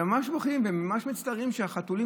ממש בוכים וממש מצטערים שהחתולים